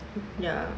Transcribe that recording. ya